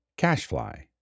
CashFly